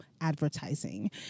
advertising